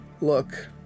Look